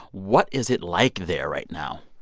what is it like there right now?